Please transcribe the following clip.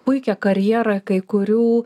puikią karjerą kai kurių